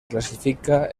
clasifica